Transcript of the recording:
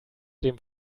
dem